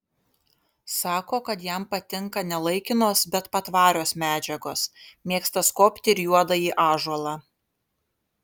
sako kad jam patinka ne laikinos bet patvarios medžiagos mėgsta skobti ir juodąjį ąžuolą